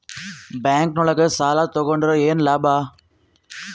Bank ನೊಳಗ ಸಾಲ ತಗೊಂಡ್ರ ಏನು ಲಾಭ?